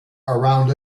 around